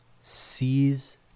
sees